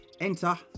Enter